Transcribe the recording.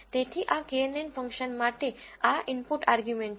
તેથી આ KNN function માટે આ ઇનપુટ આર્ગ્યુમેન્ટ છે